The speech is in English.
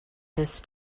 this